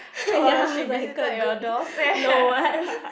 uh she visited your doorstep